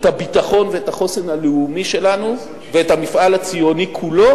את הביטחון ואת החוסן הלאומי שלנו ואת המפעל הציוני כולו.